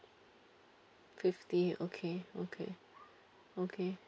fifty okay okay okay